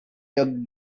your